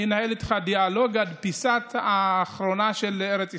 אני אנהל איתך דיאלוג עד הפיסה האחרונה של ארץ ישראל.